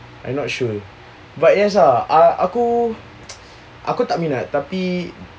I not sure but yes ah aku aku tak minat tapi